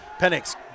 Penix